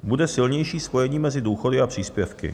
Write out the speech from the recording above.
Bude silnější spojení mezi důchody a příspěvky.